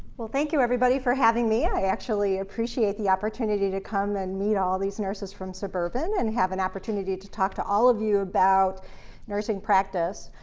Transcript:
thank you, everybody, for having me. i actually appreciate the opportunity to come and meet all these nurses from suburban, and have an opportunity to talk to all of you about nursing practice.